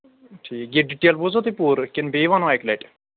ٹھیٖک یہِ ڈِٹیل بوٗزوٕ تۄہہِ پوٗرٕ کِنہٕ بیٚیہِ وَنو اَکہِ لَٹہِ